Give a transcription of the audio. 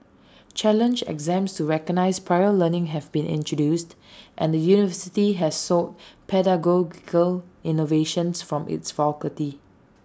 challenge exams to recognise prior learning have been introduced and the university has sought pedagogical innovations from its faculty